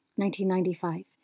1995